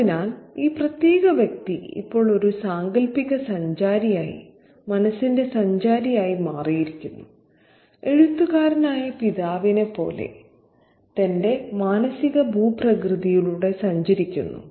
അതിനാൽ ഈ പ്രത്യേക വ്യക്തി ഇപ്പോൾ ഒരു സാങ്കൽപ്പിക സഞ്ചാരിയായി മനസ്സിന്റെ സഞ്ചാരിയായി മാറിയിരിക്കുന്നു എഴുത്തുകാരനായ പിതാവിനെപ്പോലെ തന്റെ മാനസിക ഭൂപ്രകൃതിയിലൂടെ സഞ്ചരിക്കുന്നു